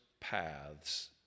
paths